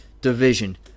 division